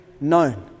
known